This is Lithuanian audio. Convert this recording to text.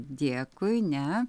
dėkui ne